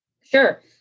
Sure